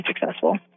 successful